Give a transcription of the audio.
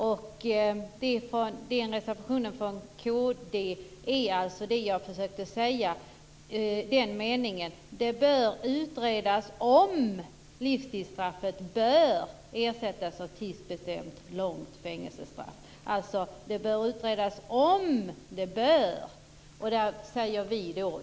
I reservationen från kd står det att det bör utredas "om" livstidsstraffet "bör" ersättas av tidsbestämt långt fängelsestraff. Alltså bör det utredas om det bör.